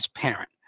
transparent